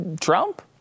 Trump